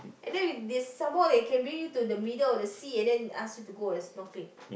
and then we they some more they can bring you to the middle of the sea and then ask you to go and snorkeling